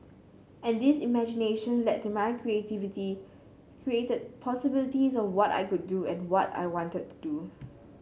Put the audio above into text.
and this imagination led to my creativity created possibilities of what I could do and what I wanted to do